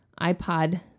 iPod